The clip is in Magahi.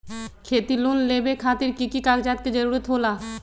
खेती लोन लेबे खातिर की की कागजात के जरूरत होला?